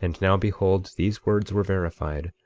and now behold, these words were verified,